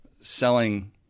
selling